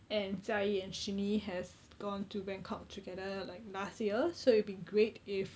and jia yi and shee ni has gone to bangkok together like last year so it'd be great if